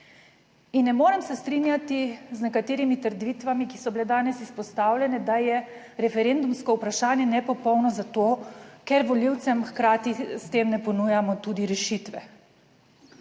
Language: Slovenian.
In ne morem se strinjati z nekaterimi trditvami, ki so bile danes izpostavljene, da je referendumsko vprašanje nepopolno zato, ker volivcem hkrati s tem ne ponujamo tudi rešitve.